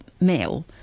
male